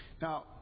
Now